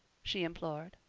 she implored.